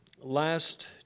last